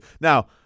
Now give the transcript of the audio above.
Now